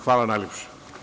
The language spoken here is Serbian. Hvala najlepše.